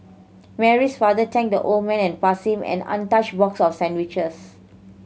Mary's father thanked the old man and passed him an untouched box of sandwiches